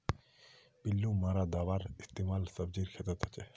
पिल्लू मारा दाबार इस्तेमाल सब्जीर खेतत हछेक